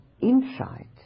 insight